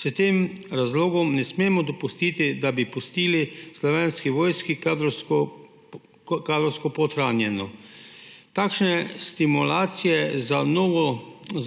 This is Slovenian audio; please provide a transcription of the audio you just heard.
S tem razlogom ne smemo dopustiti, da bi pustili Slovensko vojsko kadrovsko podhranjeno. Takšne stimulacije za na novo